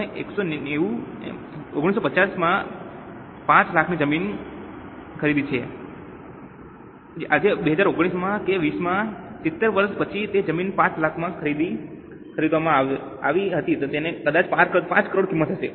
આપણે 1950માં 5 લાખમાં જમીન ખરીદી છે આજે 2019માં કે 2020માં 70 વર્ષ પછી જે જમીન 5 લાખમાં ખરીદવામાં આવી હતી તેની આજે કદાચ 5 કરોડની કિંમત હશે